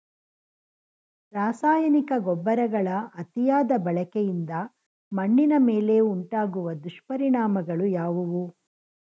ರಾಸಾಯನಿಕ ಗೊಬ್ಬರಗಳ ಅತಿಯಾದ ಬಳಕೆಯಿಂದ ಮಣ್ಣಿನ ಮೇಲೆ ಉಂಟಾಗುವ ದುಷ್ಪರಿಣಾಮಗಳು ಯಾವುವು?